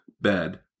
bed